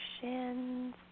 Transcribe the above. shins